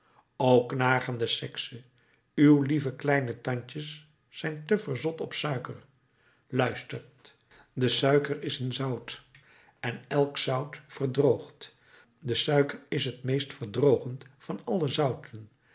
o knagende sekse uw lieve kleine tandjes zijn te verzot op suiker luistert de suiker is een zout en elk zout verdroogt de suiker is het meest verdrogend van alle zouten